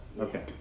Okay